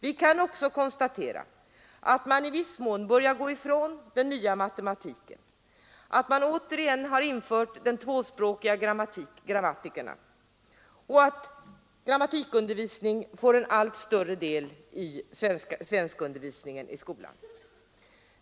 Vi kan också konstatera att man i viss mån börjar gå ifrån den nya matematiken, att man åter har infört de tvåspråkiga grammatikorna och att grammatikundervisningen får en allt större del av svenskundervisningen i skolan.